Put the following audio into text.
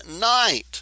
night